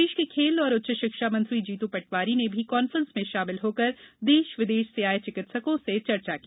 प्रदेष के खेल और उच्च षिक्षा मंत्री जीतू पटवारी ने भी कान्फ्रेंस में षामिल होकर देष विदेष से आए चिकित्सकों से चर्चा की